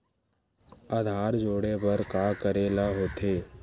आधार जोड़े बर का करे ला होथे?